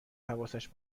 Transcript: حواسش